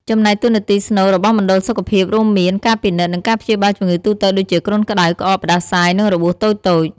ចំណែកតួនាទីស្នូលរបស់មណ្ឌលសុខភាពរួមមាន ការពិនិត្យ និងការព្យាបាលជំងឺទូទៅដូចជា គ្រុនក្តៅ ក្អក ផ្តាសាយ និងរបួសតូចៗ។